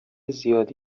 زیادی